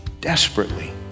desperately